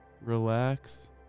relax